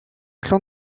clan